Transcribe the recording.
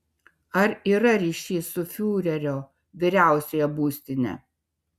ar yra ryšys su fiurerio vyriausiąja būstine